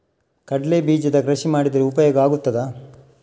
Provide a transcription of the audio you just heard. ಕಡ್ಲೆ ಬೀಜದ ಕೃಷಿ ಮಾಡಿದರೆ ಉಪಯೋಗ ಆಗುತ್ತದಾ?